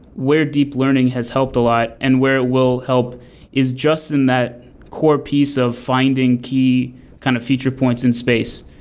where deep learning has helped a lot and where it will help is just in that core piece of finding key kind of feature points in space,